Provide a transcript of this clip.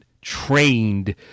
trained